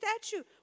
statue